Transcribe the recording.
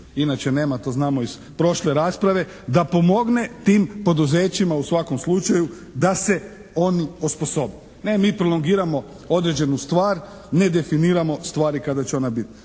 inače nema to znamo iz prošle rasprave, da pomogne tim poduzećima u svakom slučaju da se oni osposobe. Ne mi prolongiramo određenu stvar, ne definiramo stvari kada će one biti.